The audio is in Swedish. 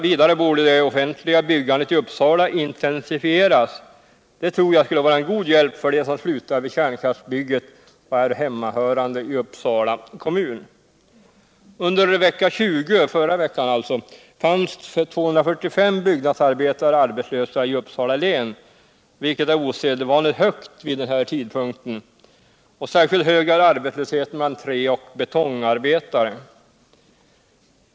Vidare borde det offentliga byggandet I Uppsala intensifieras — det tror jag skulle vara on god hjälp för dem som slutar vid kärnkraftverksbygget och är hemmahörande i Uppsala kommun. Under vecka 20. förra veckan alltså, funns 245 byggnadsarbetare arbetslösa i Uppsala län, vilket är ett osedvanligt högt antal vid den här tidpunkten. Särskilt hög är arbetslösheten bland trä och betongarbetare.